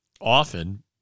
often